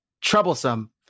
troublesome